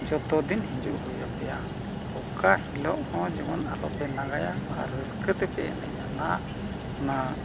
ᱡᱷᱚᱛᱚ ᱫᱤᱱ ᱦᱤᱡᱩᱜ ᱦᱩᱭ ᱟᱯᱮᱭᱟ ᱚᱠᱟ ᱦᱤᱞᱳᱜ ᱦᱚᱸ ᱡᱮᱢᱚᱱ ᱟᱞᱚᱯᱮ ᱱᱟᱜᱟᱭᱟ ᱟᱨ ᱨᱟᱹᱥᱠᱟᱹ ᱛᱮᱯᱮ ᱮᱱᱮᱡ ᱟᱱᱟ ᱚᱱᱟ